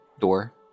door